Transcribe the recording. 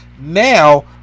now